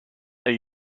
are